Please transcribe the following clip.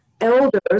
elders